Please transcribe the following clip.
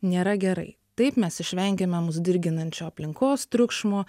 nėra gerai taip mes išvengiame mus dirginančio aplinkos triukšmo